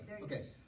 Okay